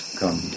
come